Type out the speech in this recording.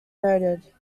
noted